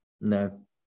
No